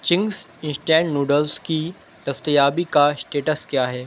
Ching's instant noodles کی دستیابی کا اسٹیٹس کیا ہے